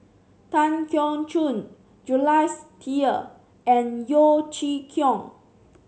Tan Keong Choon Jules Itier and Yeo Chee Kiong